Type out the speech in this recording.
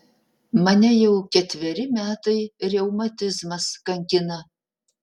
mane jau ketveri metai reumatizmas kankina